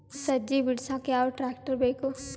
ಸಜ್ಜಿ ಬಿಡಸಕ ಯಾವ್ ಟ್ರ್ಯಾಕ್ಟರ್ ಬೇಕು?